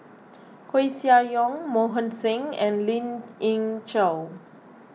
Koeh Sia Yong Mohan Singh and Lien Ying Chow